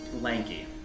lanky